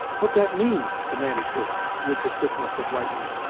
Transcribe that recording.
what that mean? demanded hist, with the quickness of lightning.